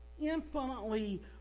infinitely